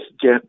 get